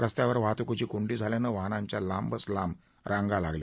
रस्त्यावर वाहतुकीची कोंडी झाल्याने वाहनांच्या लांबच लांब रांगा लागल्या